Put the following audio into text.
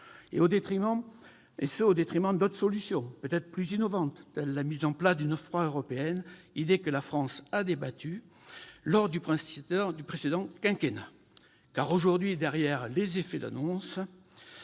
fait au détriment d'autres solutions, peut-être plus innovantes, telle la mise en place d'un OFPRA européen, idée que la France avait défendue durant le précédent quinquennat. Aujourd'hui, derrière les effets d'annonce,